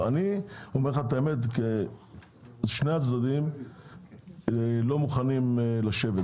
אני אומר לך את האמת, שני הצדדים לא מוכנים לשבת.